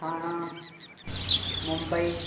Thane Mumbai